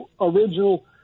original